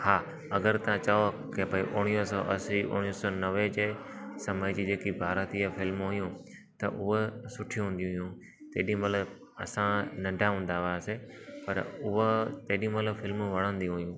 हा अगरि तव्हां चवो कि भई उणवीह सौ असी उणवीह सौ नवें जे समय जी जेकी भारतीय फिल्म हुयूं त उहा सुठी हूंदियूं हुयूं तेॾी महिल असां नंढा हूंदा हुआसीं पर उहा तेॾी महिल फिल्मूं वणंदी हुयूं